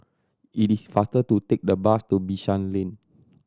it is faster to take the bus to Bishan Lane